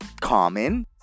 common